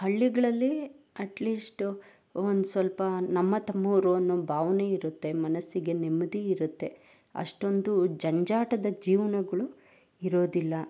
ಹಳ್ಳಿಗಳಲ್ಲಿ ಅಟ್ಲೀಶ್ಟು ಒಂದು ಸ್ವಲ್ಪ ನಮ್ಮ ತಮ್ಮವರು ಅನ್ನೋ ಭಾವನೆ ಇರುತ್ತೆ ಮನಸ್ಸಿಗೆ ನೆಮ್ಮದಿ ಇರುತ್ತೆ ಅಷ್ಟೊಂದು ಜಂಜಾಟದ ಜೀವನಗಳು ಇರೋದಿಲ್ಲ